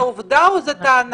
זו עובדה או זו טענה?